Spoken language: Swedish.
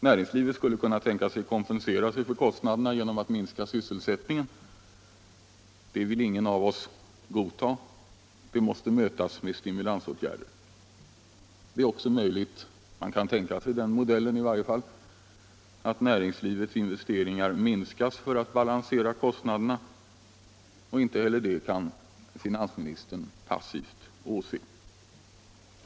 Näringslivet skulle kunna tänkas kompensera sig för kostnaderna genom att minska sysselsättningen. Det vill ingen av oss godta. En sådan utveckling måste mötas med stimulansåtgärder. Det är också möjligt — man kan tänka sig den modellen i varje fall — att näringslivets investeringar minskas för att balansera kostnaderna, och inte heller det kan finansministern passivt åse.